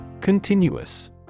Continuous